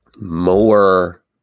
more